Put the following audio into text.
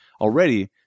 already